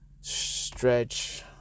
stretch